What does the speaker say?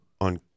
on